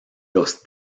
los